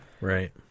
right